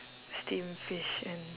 steam fish and